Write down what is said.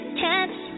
catch